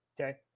Okay